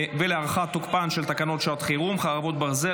ועדת הפנים והגנת הסביבה בעניין תיקון טעות בחוק הגנת הסביבה,